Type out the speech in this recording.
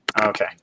Okay